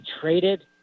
traded